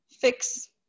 fix